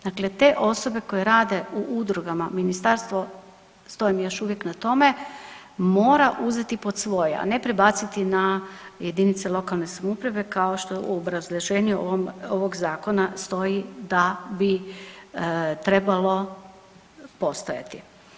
Dakle, te osobe koje rade u udrugama, ministarstvo stojim još uvijek na tome, mora uzeti pod svoje, a ne prebaciti ja jedinice lokalne samouprave kao što je u obrazloženju ovog zakona stoji da bi trebalo postojati.